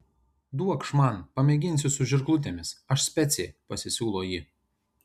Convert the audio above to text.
duokš man pamėginsiu su žirklutėmis aš specė pasisiūlo ji